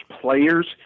players